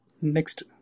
next